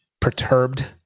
perturbed